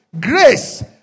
grace